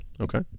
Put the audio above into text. okay